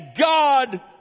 God